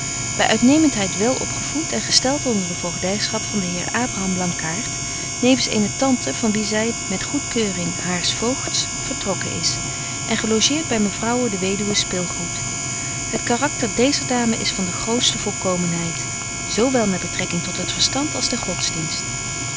by uitnementheid wel opgevoet en gestelt onder de voogdyschap van den heer abraham blankaart nevens eene tante van wie zy met goedkeuring haars voogds vertrokken is en gelogeert by mevrouwe de weduwe spilgoed het karakter deezer dame is van de grootste volkomenheid zo wel met betrekking tot het verstand als den godsdienst